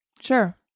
Sure